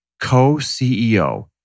co-CEO